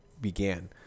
began